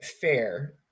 fair